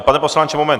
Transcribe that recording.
Pane poslanče, moment!